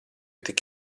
tik